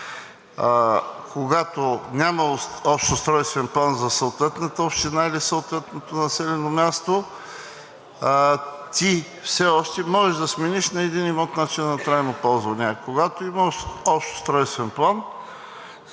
когато няма общ устройствен план за съответната община или съответното населено място, ти все още можеш да смениш на един имот начина на трайно ползване, а когато има общ устройствен план,